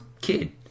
kid